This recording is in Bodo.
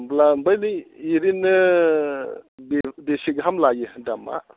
होनब्ला ओरैनो बेसे गाहाम लायो दामा